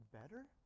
better